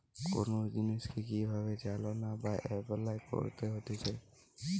কোন জিনিসকে কি ভাবে চালনা বা এপলাই করতে হতিছে